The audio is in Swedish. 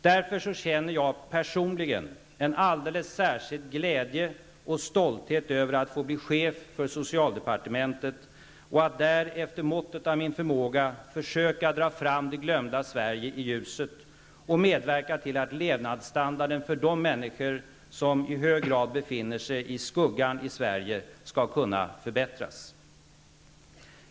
Därför känner jag personligen en alldeles särskild glädje och stolthet över att få bli chef för socialdepartementet och att där, efter måttet av min förmåga, försöka dra fram det ''glömda Sverige'' i ljuset och medverka till att levnadsstandarden för de människor i Sverige som i hög grad befinner sig i skuggan skall kunna förbättras.